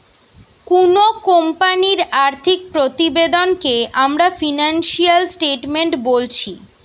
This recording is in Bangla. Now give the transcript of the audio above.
কুনো কোম্পানির আর্থিক প্রতিবেদনকে আমরা ফিনান্সিয়াল স্টেটমেন্ট বোলছি